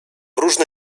różne